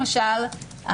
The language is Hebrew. למשל,